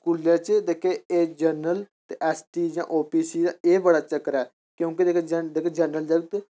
स्कूलै च जेह्के एह् जनरल न जेह्के general S T O B C एह् बड़ा चक्कर ऐ क्योंकि जेह्के जनरल